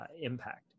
impact